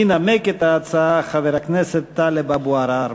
ינמק את ההצעה חבר הכנסת טלב אבו עראר.